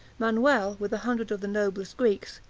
manuel, with a hundred of the noblest greeks,